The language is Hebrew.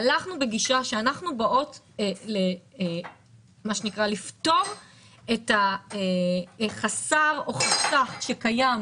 הלכנו בגישה שאנחנו באות לפתור את החסר או חסך שקיים